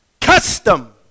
custom